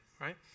Right